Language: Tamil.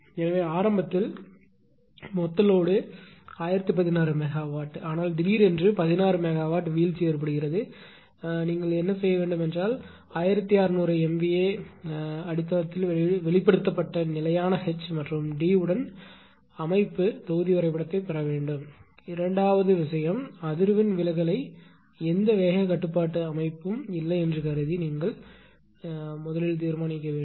எனவே ஆரம்பத்தில் மொத்த லோடு 1016 மெகாவாட் ஆனால் திடீரென்று 16 மெகாவாட் வீழ்ச்சி ஏற்பட்டால் நீங்கள் என்ன செய்ய வேண்டும் என்றால் 1600 எம்விஏ அடித்தளத்தில் வெளிப்படுத்தப்பட்ட நிலையான எச் மற்றும் டி உடன் அமைப்பு தொகுதி வரைபடத்தைப் பெற வேண்டும் இரண்டாவது விஷயம் அதிர்வெண் விலகலை எந்த வேக கட்டுப்பாட்டு அமைப்பு இல்லை என்று கருதி தீர்மானிக்க வேண்டும்